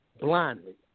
blindly